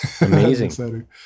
Amazing